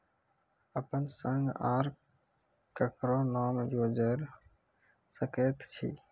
अपन संग आर ककरो नाम जोयर सकैत छी?